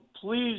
please